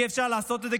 אי-אפשר לעשות את זה,